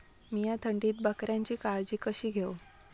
मीया थंडीत बकऱ्यांची काळजी कशी घेव?